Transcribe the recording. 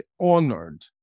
honored